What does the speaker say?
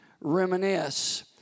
reminisce